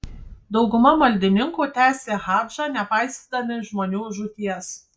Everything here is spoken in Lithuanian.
dauguma maldininkų tęsė hadžą nepaisydami žmonių žūties